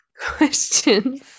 questions